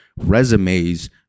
resumes